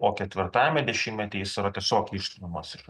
o ketvirtajame dešimtmetyje jis yra tiesiog ištumiamas iš